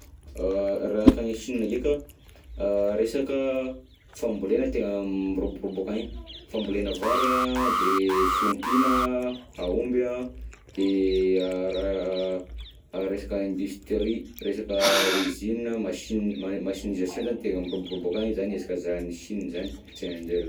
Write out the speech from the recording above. Raha akagny Chine ndreka an, resaka fambolena tena miroborobo akagny, fambolena vary an de fiompiana an, aomby an, de raha, raha resaka industrie, resaka usine an, machine, machinisation zany tena miroborobo akagny zany ihazakazahan'i Chine zany kolonsainan'ny zareo.